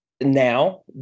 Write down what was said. Now